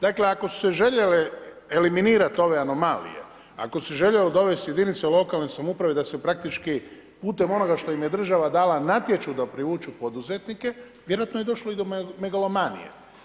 Dakle, ako su se željele eliminirati ove anomalije, ako se željelo dovesti jedinice lokalne samouprave da su praktički putem onoga što im je država dala, natječu da privuku poduzetnike, vjerojatno je došlo i do megalomanije.